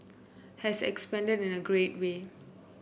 has expanded in a great way